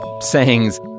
sayings